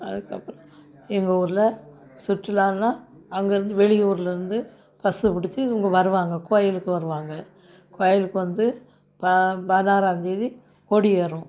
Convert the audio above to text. அதுக்கு அப்புறம் எங்கள் ஊரில் சுற்றுலானால் அங்கே இருந்து வெளியூரில் இருந்து பஸ்ஸு பிடிச்சி இவங்க வருவாங்க கோயிலுக்கு வருவாங்க கோயிலுக்கு வந்து பா பதினாறாம் தேதி கொடி ஏறும்